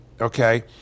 okay